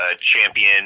champion